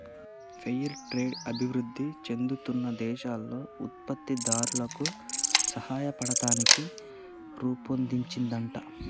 fair trade అభివృధి చెందుతున్న దేశాల్లో ఉత్పత్తి దారులకు సాయపడతానికి రుపొన్దించిందంట